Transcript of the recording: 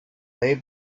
may